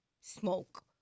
smoke